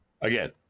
again